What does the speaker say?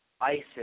ISIS